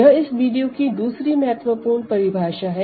यह इस वीडियो की दूसरी महत्वपूर्ण परिभाषा है